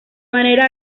manera